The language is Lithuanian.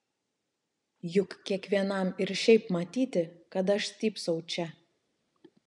juk kiekvienam ir šiaip matyti kad aš stypsau čia